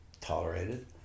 tolerated